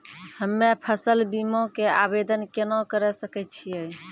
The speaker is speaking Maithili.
हम्मे फसल बीमा के आवदेन केना करे सकय छियै?